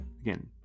Again